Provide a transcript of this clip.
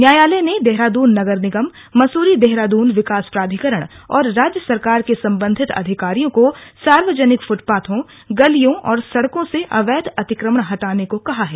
न्यायालय ने देहरादून नगर निगम मसुरी देहरादून विकास प्राधिकरण और राज्य सराकर के संबंधित अधिकारियों को सार्वजनिक फुटपाथों गलियों और सड़कों से अवैध अतिक्रमण हटाने को कहा है